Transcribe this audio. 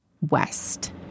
west